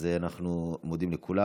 אז אנחנו מודים לכולם.